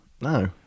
No